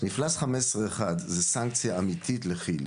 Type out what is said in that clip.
מפלס 15.1 זה סנקציה אמיתית לכיל,